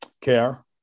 care